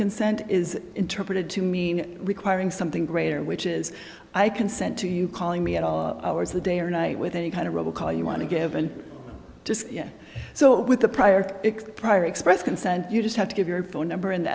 consent is interpreted to mean requiring something greater which is i consent to you calling me at all hours a day or night with any kind of robocall you want to give and just so with the prior prior express consent you just have to give your phone number and the